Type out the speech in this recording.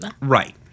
Right